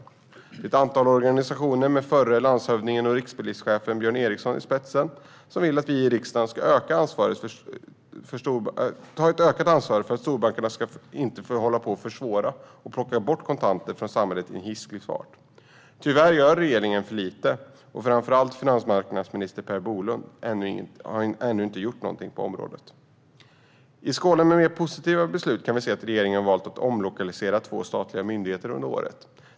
Det är ett antal organisationer med förre landshövdingen och rikspolischefen Björn Eriksson i spetsen som vill att vi i riksdagen ska ta ett ökat ansvar för att storbankerna inte ska få försvåra och plocka bort kontanter från samhället i en hisklig fart. Tyvärr gör regeringen för lite, och framför allt har finansmarknadsminister Per Bolund ännu inte gjort någonting på området. I skålen med mer positiva beslut kan vi se att regeringen har valt att omlokalisera två statliga myndigheter under året.